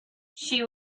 she